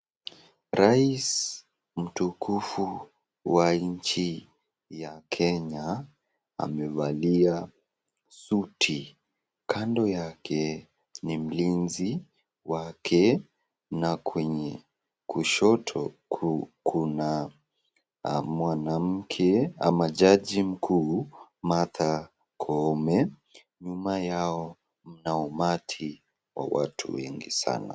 Rais mtukufu wa nchi ya kenya amevalia suti, kando yake ni mlinzi wake na kwenye kushoto kuna mwanamke ama jaji mkuu Martha Koome. Nyuma yao mna umati wa watu wengi sana.